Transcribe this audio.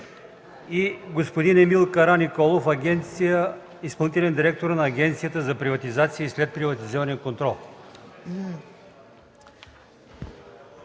и господин Емил Караниколов – изпълнителен директор на Агенцията за приватизация и следприватизационен контрол.